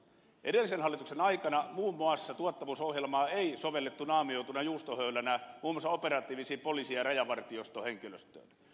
edellisen hallituksen aikana muun muassa tuottavuusohjelmaa ei sovellettu naamioituna juustohöylänä muun muassa operatiiviseen poliisin ja rajavartioston henkilöstöön